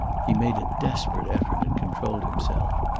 he made a desperate effort and controlled himself.